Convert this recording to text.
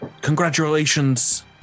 Congratulations